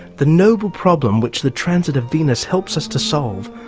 the noble problem which the transit of venus helps us to solve,